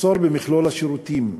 מחסור במכלול השירותים,